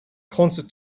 concert